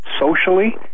socially